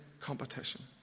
competition